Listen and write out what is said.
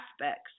aspects